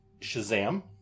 Shazam